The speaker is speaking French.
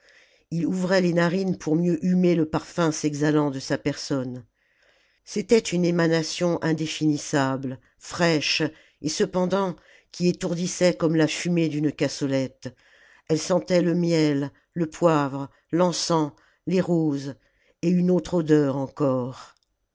ii ouvrait les narines pour mieux humer le parfum s'exhalant de sa personne c'était une émanation indéfinissable fraîche et cependant qui étourdissait comme la fumée d'une cassolette elle sentait le miel le poivre l'encens les roses et une autre odeur encore